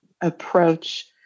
approach